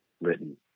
written